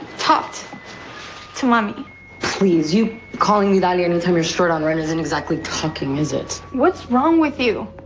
talked to mami please. you calling vidalia anytime you're short on rent isn't exactly talking, is it? what's wrong with you?